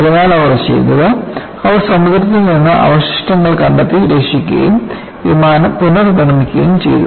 അതിനാൽ അവർ ചെയ്തത് അവർ സമുദ്രത്തിൽ നിന്ന് അവശിഷ്ടങ്ങൾ കണ്ടെത്തി രക്ഷിക്കുകയുംവിമാനം പുനർനിർമ്മിക്കുകയും ചെയ്തു